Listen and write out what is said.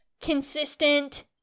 consistent